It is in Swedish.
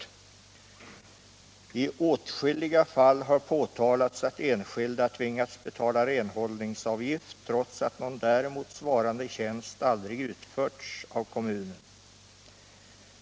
I åtskilliga fall har påtalats att enskilda tvingats betala för renhållningsavgift trots att någon däremot svarande tjänst aldrig utförts av kommunen.